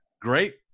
great